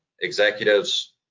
Executives